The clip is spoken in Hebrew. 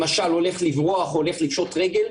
למשל הולך לברוח או הולך לפשוט רגל,